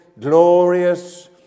glorious